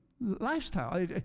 lifestyle